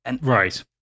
Right